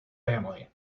family